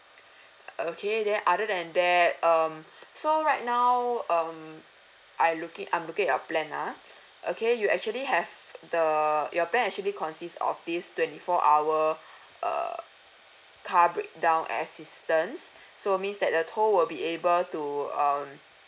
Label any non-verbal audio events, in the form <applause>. <breath> okay then other than that um <breath> so right now um I looking I'm looking at your plan ah <breath> okay you actually have the your plan actually consist of this twenty four hour <breath> uh car breakdown assistance <breath> so means that the tow will be able to um